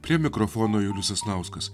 prie mikrofono julius sasnauskas